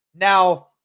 Now